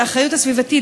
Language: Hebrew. על האחריות הסביבתית,